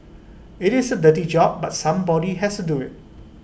IT is A dirty job but somebody has to do IT